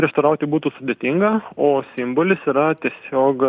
prieštarauti būtų sudėtinga o simbolis yra tiesiog